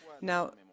Now